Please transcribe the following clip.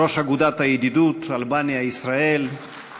ראש אגודת הידידות אלבניה ישראל,